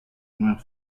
nuevas